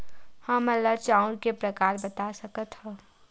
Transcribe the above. हमन ला चांउर के प्रकार बता सकत हव?